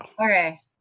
Okay